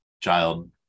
child